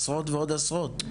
עשרות ועוד עשרות?